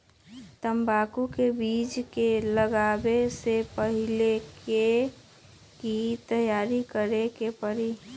तंबाकू के बीज के लगाबे से पहिले के की तैयारी करे के परी?